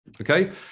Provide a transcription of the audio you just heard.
Okay